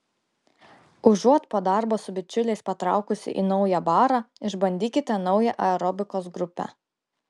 užuot po darbo su bičiuliais patraukusi į naują barą išbandykite naują aerobikos grupę